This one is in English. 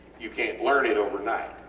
you cant learn it overnight,